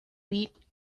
wheat